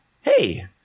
Hey